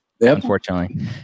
unfortunately